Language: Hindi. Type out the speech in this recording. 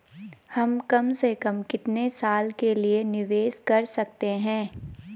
हम कम से कम कितने साल के लिए निवेश कर सकते हैं?